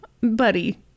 buddy